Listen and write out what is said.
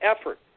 effort